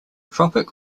tropic